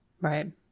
Right